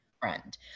friend